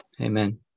Amen